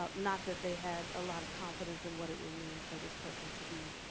ah not that they had a lot of confidence in what it would mean for this person to be,